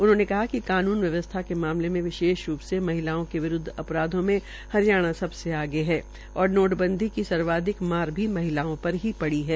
उन्होंने कहा कि कानून व्यवस्था के मामले में विशेष्ज्ञ रूप से महिलाओं के विरूदव अपराधो में हरियाणा सबसे आगे है और नोटंबंदी की सर्वाधिक मार भी महिलाओं पर ही पड़ी है